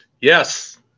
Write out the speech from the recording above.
Yes